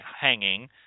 hanging